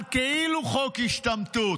על כאילו חוק השתמטות,